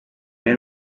y’u